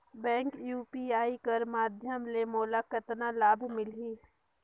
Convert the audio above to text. Bank UPI कर माध्यम ले मोला कतना लाभ मिली?